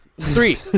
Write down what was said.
Three